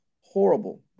horrible